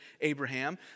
Abraham